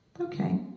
Okay